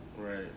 Right